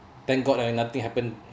thank god lah nothing happen